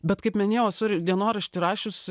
bet kaip minėjau sur dienoraštį rašius